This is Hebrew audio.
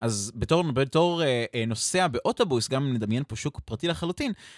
אז בתור... בתור... אה... נוסע באוטובוס, גם אם נדמיין פה שוק פרטי לחלוטין.